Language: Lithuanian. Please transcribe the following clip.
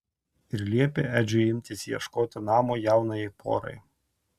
ir liepė edžiui imtis ieškoti namo jaunajai porai